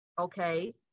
Okay